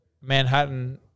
Manhattan